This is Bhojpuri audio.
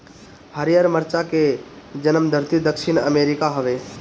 हरिहर मरचा के जनमधरती दक्षिण अमेरिका हवे